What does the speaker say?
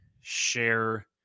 share